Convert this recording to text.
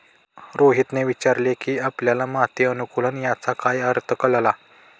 रोहितने विचारले की आपल्याला माती अनुकुलन याचा काय अर्थ कळला?